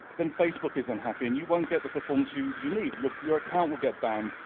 then facebook is unhappy, and you won't get the performance you you need. your your account will get banned.